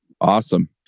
Awesome